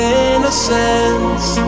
innocence